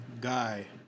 Guy